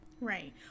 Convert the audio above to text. Right